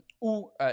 ou